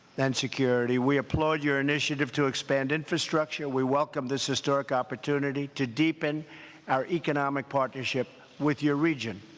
and security. we applaud your initiative to expand infrastructure. we welcome this historic opportunity to deepen our economic partnership with your region